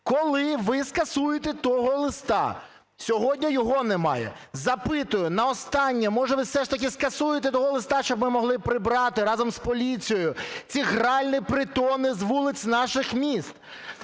коли ви скасуєте того листа? Сьогодні його немає. Запитую наостаннє: може, ви все ж таки скасуєте того листа, щоб ми могли прибрати разом з поліцією ці гральні притони з вулиць наших міст?